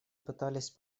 пытались